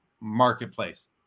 marketplace